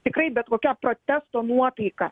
tikrai bet kokia protesto nuotaika